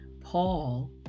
Paul